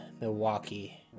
Milwaukee